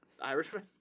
Irishman